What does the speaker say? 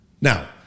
Now